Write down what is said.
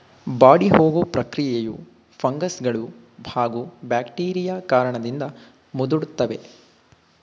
ಬಾಡಿಹೋಗೊ ಪ್ರಕ್ರಿಯೆಯು ಫಂಗಸ್ಗಳೂ ಹಾಗೂ ಬ್ಯಾಕ್ಟೀರಿಯಾ ಕಾರಣದಿಂದ ಮುದುಡ್ತವೆ